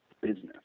business